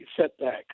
setback